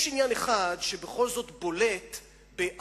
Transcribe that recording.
יש עניין אחד שבכל זאת בולט באחידותו,